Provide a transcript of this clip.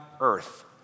earth